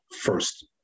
first